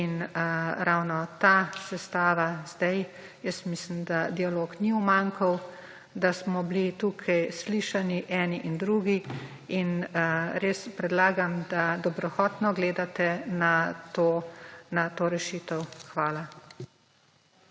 In ravno ta sestava zdaj, jaz mislim, da dialog ni umanjkal, da smo bili tukaj slišani eni in drugi. In res predlagam, da dobrohotno gledate na to rešitev. Hvala.